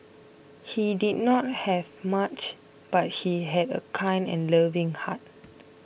he did not have much but she had a kind and loving heart